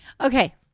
Okay